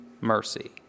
mercy